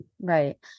Right